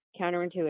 counterintuitive